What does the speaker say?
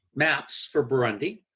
maps for burundi,